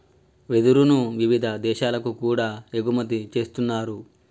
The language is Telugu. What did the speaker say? వెదురును వివిధ దేశాలకు కూడా ఎగుమతి చేస్తున్నారు